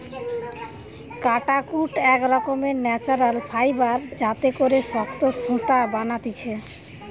কাটাকুট এক রকমের ন্যাচারাল ফাইবার যাতে করে শক্ত সুতা বানাতিছে